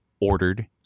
ordered